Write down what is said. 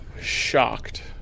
shocked